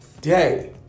day